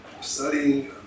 studying